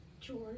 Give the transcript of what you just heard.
George